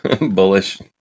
bullish